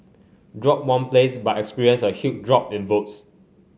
dropped one place but experienced a huge drop in votes